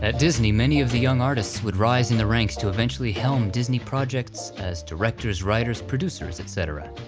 ah disney, many of the young artists would rise in the ranks to eventually helm disney projects as directors, writers, producers, etc.